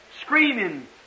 screaming